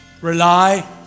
rely